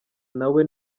nawe